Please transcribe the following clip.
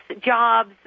jobs